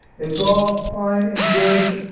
it's all fine and good,